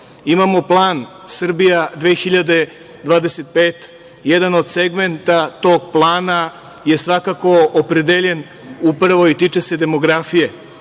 Imamo plan Srbija 2025. Jedan od segmenata tog plana je svakako opredeljen u prvoj tiče se demografije.